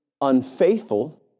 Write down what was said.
unfaithful